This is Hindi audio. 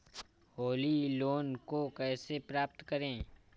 होली लोन को कैसे प्राप्त करें?